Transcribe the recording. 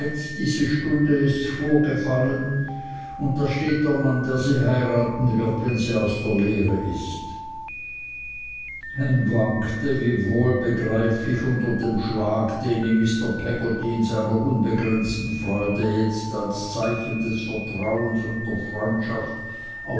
diese stunde ists vorgefallen und da steht der mann der sie heiraten wird wenn sie aus der lehre ist ham wankte wie wohl begreiflich unter dem schlag den ihm mr peggotty in seiner unbegrenzten freude jetzt als ein zeichen des vertrauens und der freundschaft